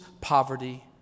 poverty